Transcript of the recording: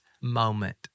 moment